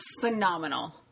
phenomenal